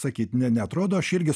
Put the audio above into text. sakyt ne neatrodo aš irgi